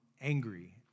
angry